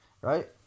Right